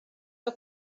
que